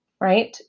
right